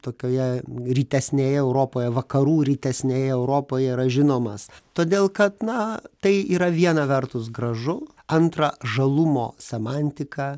tokioje rytesnėje europoje vakarų rytesnėje europoje yra žinomas todėl kad na tai yra viena vertus gražu antra žalumo semantika